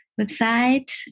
website